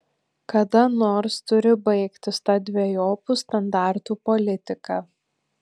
kada nors turi baigtis ta dvejopų standartų politika